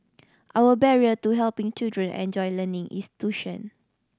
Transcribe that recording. our barrier to helping children enjoy learning is tuition